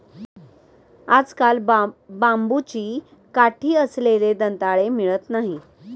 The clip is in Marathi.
आजकाल बांबूची काठी असलेले दंताळे मिळत नाहीत